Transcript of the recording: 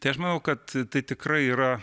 tai aš manau kad tai tikrai yra